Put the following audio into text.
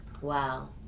Wow